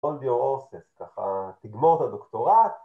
ככה, תגמור את הדוקטורט